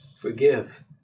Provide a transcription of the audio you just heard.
Forgive